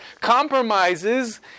compromises